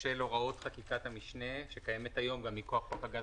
של הוראות חקיקת המשנה שקיימת היום גם מכוח חוק הגנת